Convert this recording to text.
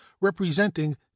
representing